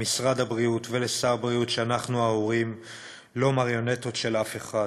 למשרד הבריאות ולשר הבריאות שאנחנו ההורים לא מריונטות של אף אחד,